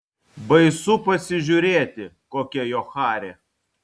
baisu pasižiūrėti kokia jo charė